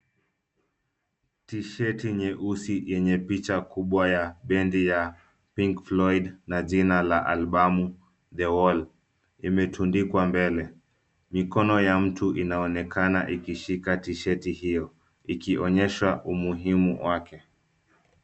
Tisheti nyeusi yenye picha kubwa ya bendi ya Pink Floyed na jina la albamu The Wall limetundikwa mbele, mikono ya mtu inaonekana ikishika tisheti hio ikionyesha umuhimu wake.